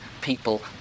people